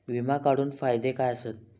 विमा काढूचे फायदे काय आसत?